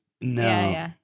No